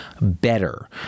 better